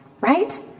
right